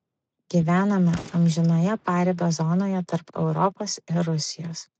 gyvename amžinoje paribio zonoje tarp europos ir rusijos